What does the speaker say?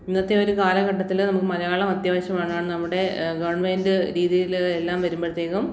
ഇന്നത്തെ ഒരു കാലഘട്ടത്തില് നമുക്ക് മലയാളം അത്യാവശ്യമാണ് നമ്മുടെ ഗവണ്മെൻറ്റ് രീതിയില് എല്ലാം വരുമ്പഴ്ത്തേക്കും